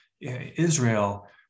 Israel